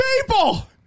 people